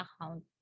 account